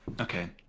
Okay